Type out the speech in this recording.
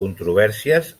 controvèrsies